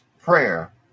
prayer